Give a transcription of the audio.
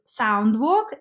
Soundwalk